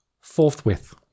forthwith